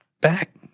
back